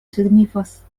signifas